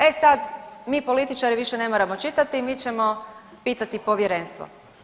E sad mi političari, više ne moramo čitati mi ćemo pitati povjerenstvo.